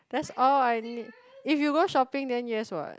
that's all I need if you go shopping then yes what